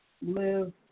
live